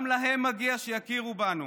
גם להם מגיע שיכירו בהם.